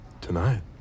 tonight